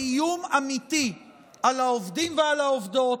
זה איום אמיתי על העובדים ועל העובדות,